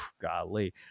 golly